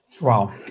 Wow